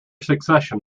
succession